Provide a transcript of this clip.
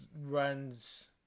runs